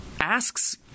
asks